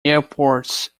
airports